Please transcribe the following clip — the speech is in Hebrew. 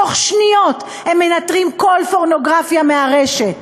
תוך שניות הם מנטרים כל פורנוגרפיה מהרשת.